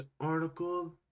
article